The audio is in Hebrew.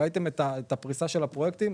וראיתם את הפריסה של הפרויקטים,